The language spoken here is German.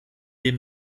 dem